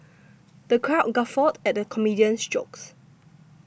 the crowd guffawed at the comedian's jokes